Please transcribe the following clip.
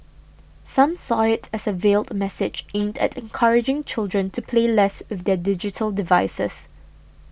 some saw it as a veiled message aimed at encouraging children to play less with their digital devices